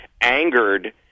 angered